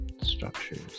structures